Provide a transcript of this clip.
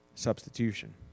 substitution